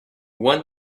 want